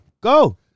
Go